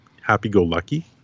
happy-go-lucky